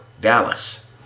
Dallas